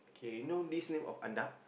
K you know this name of Andak